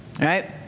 Right